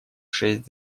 шесть